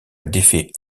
défait